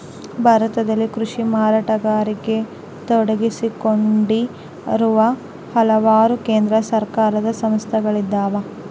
ಭಾರತದಲ್ಲಿ ಕೃಷಿ ಮಾರಾಟಗಾರಿಕೆಗ ತೊಡಗಿಸಿಕೊಂಡಿರುವ ಹಲವಾರು ಕೇಂದ್ರ ಸರ್ಕಾರದ ಸಂಸ್ಥೆಗಳಿದ್ದಾವ